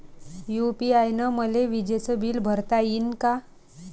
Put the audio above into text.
UPI न मले विजेचं बिल भरता यीन का?